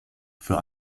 für